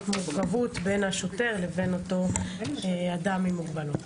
מורכבות בין השוטר לבין אותו אדם עם מוגבלות.